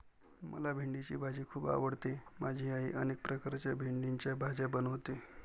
मला भेंडीची भाजी खूप आवडते माझी आई अनेक प्रकारच्या भेंडीच्या भाज्या बनवते